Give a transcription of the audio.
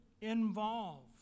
involved